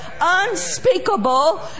unspeakable